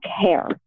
care